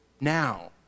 Now